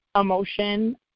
emotion